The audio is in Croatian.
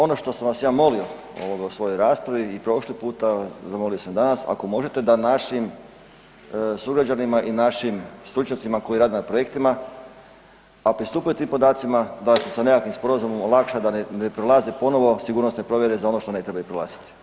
Ono što sam vas ja molio u svojoj raspravi i prošli puta, zamolio sam i danas, ako možete da našim sugrađanima i našim stručnjacima koji rade na projektima a pristupaju tim podacima, da se sa nekakvim sporazumom olakša da ne prolaze ponovo sigurnosne provjere za ono što ne trebaju prolaziti.